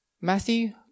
Matthew